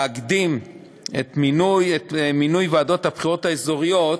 להקדים את מינוי ועדות הבחירות האזוריות,